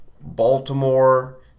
Baltimore